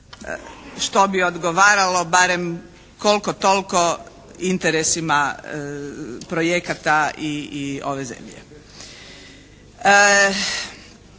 što bi odgovaralo barem koliko toliko interesima projekata i ove zemlje.